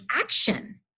action